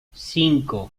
cinco